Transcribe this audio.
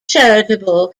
charitable